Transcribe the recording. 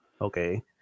okay